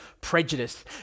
prejudice